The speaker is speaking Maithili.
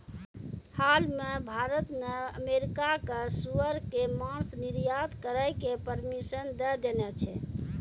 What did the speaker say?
हाल मॅ भारत न अमेरिका कॅ सूअर के मांस निर्यात करै के परमिशन दै देने छै